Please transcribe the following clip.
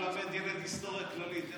איך את רוצה ללמד ילד היסטוריה כללית?